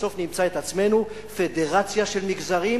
בסוף נמצא את עצמנו פדרציה של מגזרים,